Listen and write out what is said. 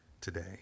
today